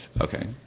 Okay